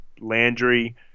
Landry